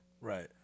right